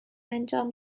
انجام